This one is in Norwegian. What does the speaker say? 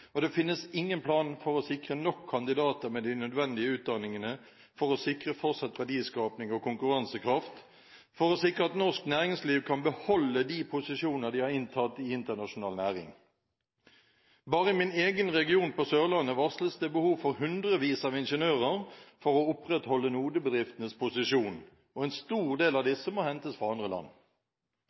og det finnes ingen plan for å sikre nok kandidater med de nødvendige utdanningene for å sikre fortsatt verdiskaping og konkurransekraft, og for å sikre at norsk næringsliv kan beholde de posisjoner de har inntatt i internasjonal næring. Bare i min egen region, Sørlandet, varsles det behov for hundrevis av ingeniører for å opprettholde NODE-bedriftenes posisjon, og en stor del av disse må hentes fra andre land.